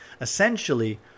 Essentially